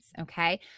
okay